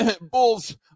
Bulls